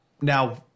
Now